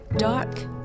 Dark